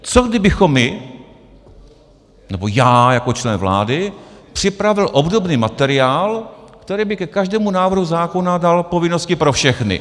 Co kdybychom my, nebo já jako člen vlády připravil obdobný materiál, který by ke každému návrhu zákona dal povinnosti pro všechny?